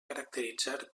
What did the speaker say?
caracteritzar